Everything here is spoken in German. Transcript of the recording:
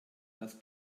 das